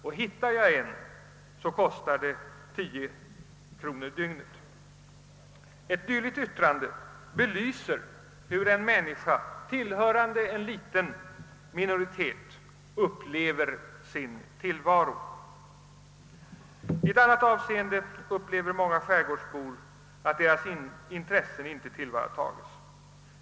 Och om jag hittar en så kostar den 10 kronor dygnet.» Ett sådant yttrande belyser hur en människa, tillhörande en liten minoritet, upplever sin tillvaro. Även i ett annat avseende upplever många skärgårdsbor att deras intressen icke tillvaratas.